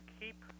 keep